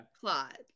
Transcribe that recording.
plot